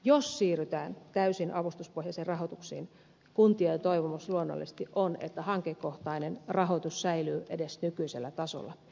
jos siirrytään täysin avustuspohjaiseen rahoitukseen kuntien toivomus luonnollisesti on että hankekohtainen rahoitus säilyy edes nykyisellä tasolla